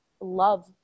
love